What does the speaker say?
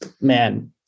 man